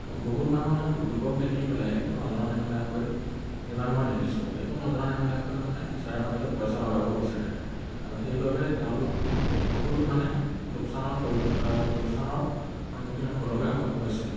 বহুত মানুহে লোকক দেখি পেলাই একো নজনা নেমেলাকৈ যিমান মই দেখিছোঁ একো নজনা নেমে লাকৈ মানে শ্বেয়াৰ মাৰ্কেটত পইচা লগাব বিচাৰে আৰু সেইবাবে তেওঁলোক বহুতো মানে লোকচানত লোকচানৰ সন্মুখীন হ'বলগীয়া হৈছে